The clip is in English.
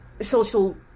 Social